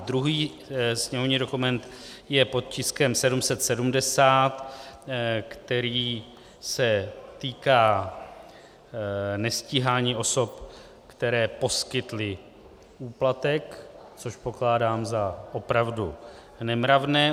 Druhý sněmovní dokument je pod tiskem 770, který se týká nestíhání osob, které poskytly úplatek, což pokládám za opravdu nemravné.